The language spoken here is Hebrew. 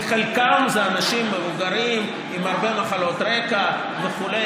חלקם זה אנשים מבוגרים עם הרבה מחלות רקע וכו',